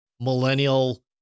millennial